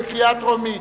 בקריאה טרומית.